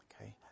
okay